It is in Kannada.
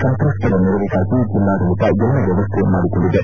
ಸಂತ್ರಸ್ತರ ನೆರವಿಗಾಗಿ ಜೆಲ್ಲಾಡಳಿತ ಎಲ್ಲ ವ್ಯವಸ್ಥೆ ಮಾಡಿಕೊಂಡಿದೆ